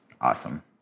Awesome